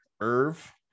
Irv